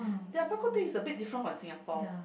their Bak-kut-teh is a bit different from Singapore